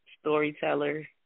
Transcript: storyteller